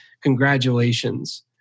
congratulations